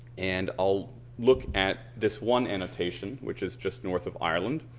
and i'll look at this one annotation which is just north of ireland.